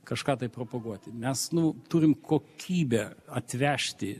kažką tai propaguoti mes nu turim kokybę atvežti